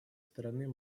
стороны